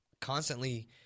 constantly –